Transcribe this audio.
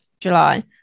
July